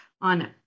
on